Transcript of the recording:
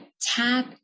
tap